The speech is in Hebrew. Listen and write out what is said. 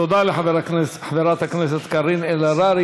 תודה לחברת הכנסת קארין אלהרר.